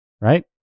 Right